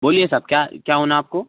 बोलिए साहब क्या क्या होना आपको